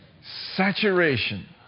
Saturation